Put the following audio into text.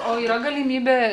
o yra galimybė